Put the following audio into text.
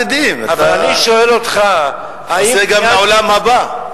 גמילות חסדים, אתה עושה גם לעולם הבא.